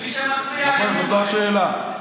נכון, אותה שאלה.